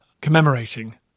Commemorating